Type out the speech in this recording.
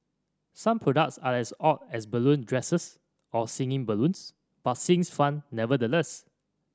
some products are as odd as balloon dresses or singing balloons but seems fun nevertheless